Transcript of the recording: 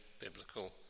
biblical